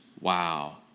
Wow